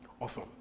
Awesome